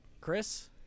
Chris